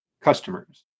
customers